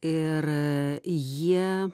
ir jie